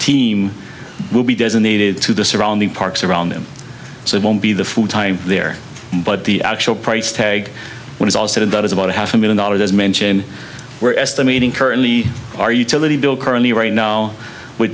team will be designated to the surrounding parks around them so it won't be the food time there but the actual price tag when it's all said and that is about half a million dollars as mentioned we're estimating currently our utility bill currently right now w